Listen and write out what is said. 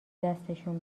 دستشون